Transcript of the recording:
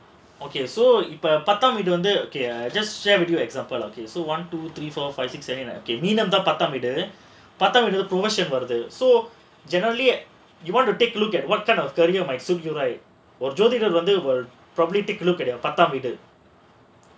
okay so இப்போ பத்தாம் வீடு வந்து:ippo pathaam veedu vandhu just share with you example okay so one two three four five six seven மீனம் தான் பத்தாம் வீடு:meenam thaan pathaam veedu so generally you want to take look at what kind of career might suit you right பத்தாம் வீடு:pathaam veedu